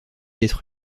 être